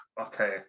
okay